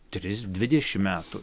tris dvidešimt metų